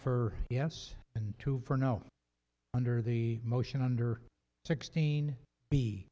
for yes and two for no under the motion under sixteen b